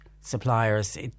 suppliers